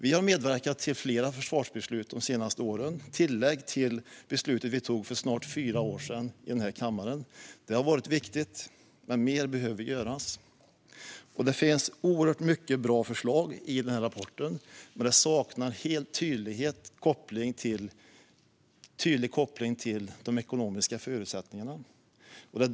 Vi har medverkat till flera försvarsbeslut de senaste åren som har varit tillägg till beslutet vi tog för snart fyra år sedan i den här kammaren. Det har varit viktigt, men mer behöver göras. Det finns oerhört många bra förslag i den här rapporten, men den saknar helt en tydlig koppling till de ekonomiska förutsättningarna.